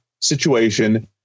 situation